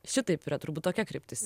šitaip yra turbūt tokia kryptis